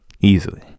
Easily